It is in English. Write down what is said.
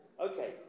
Okay